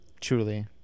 Truly